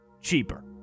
cheaper